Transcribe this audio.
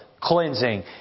Cleansing